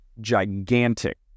gigantic